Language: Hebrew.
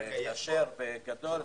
בגדול,